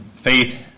Faith